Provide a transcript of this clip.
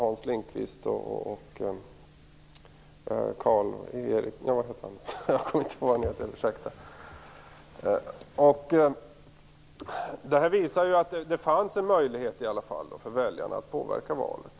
Det visar att det i alla fall fanns en möjlighet för väljarna att påverka valet.